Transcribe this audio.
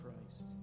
Christ